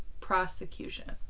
Prosecution